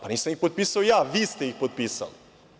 Nisam ih potpisao ja, vi ste ih potpisali.